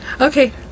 okay